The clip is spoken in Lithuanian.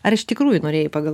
ar iš tikrųjų norėjai pagal